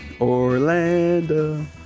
Orlando